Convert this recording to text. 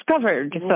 discovered